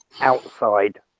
outside